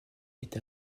est